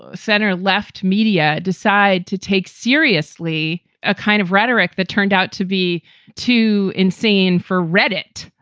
ah center left media decide to take seriously a kind of rhetoric that turned out to be too insane for reddit?